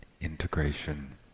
Integration